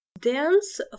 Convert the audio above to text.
Dance